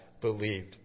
believed